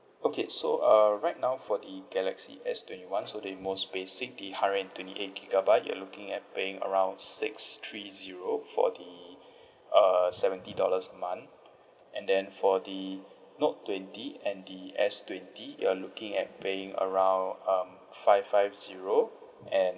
okay so uh right now for the galaxy S twenty one so the most basic the hundred and twenty eight gigabyte you're looking at paying around six three zero for the uh seventy dollars a month and then for the note twenty and the S twenty you're looking at paying around um five five zero and